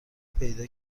پیدا